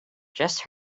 just